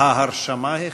ההרשמה החלה,